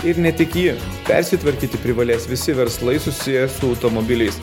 ir ne tik ji persitvarkyti privalės visi verslai susiję su automobiliais